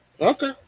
Okay